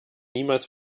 niemals